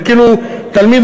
זה כאילו תלמיד,